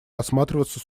рассматриваться